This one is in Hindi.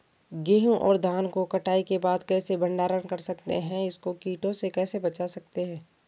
गेहूँ और धान को कटाई के बाद कैसे भंडारण कर सकते हैं इसको कीटों से कैसे बचा सकते हैं?